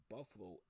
Buffalo